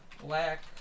Black